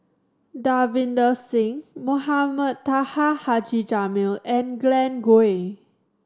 Davinder Singh Mohamed Taha Haji Jamil and Glen Goei